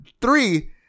three